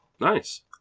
Nice